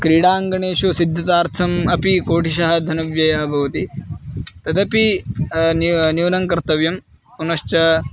क्रीडाङ्गणेषु सिद्धतार्थम् अपि कोटिशः धनव्ययं भवति तदपि न्यूनं न्यूनं कर्तव्यं पुनश्च